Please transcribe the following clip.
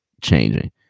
changing